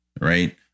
right